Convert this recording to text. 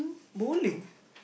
bowling